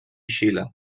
xile